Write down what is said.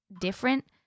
different